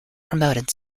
promoted